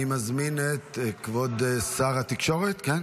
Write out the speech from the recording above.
אני מזמין את כבוד שר התקשורת, כן?